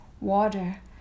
water